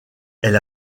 elle